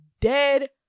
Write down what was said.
dead